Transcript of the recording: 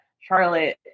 Charlotte